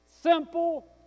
simple